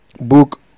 book